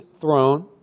throne